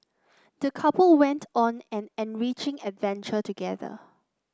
the couple went on an enriching adventure together